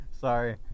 Sorry